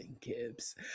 Gibbs